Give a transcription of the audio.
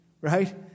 right